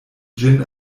ĝin